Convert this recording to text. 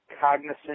cognizant